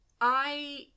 I-